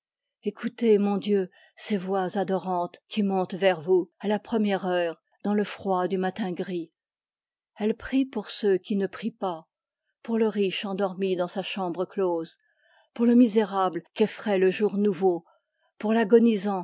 montent vers vous à la première heure dans le froid du matin gris elles prient pour ceux qui ne prient pas pour le riche endormi dans sa chambre close pour le misérable qu'effraie le jour nouveau pour